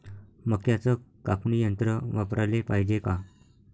मक्क्याचं कापनी यंत्र वापराले पायजे का?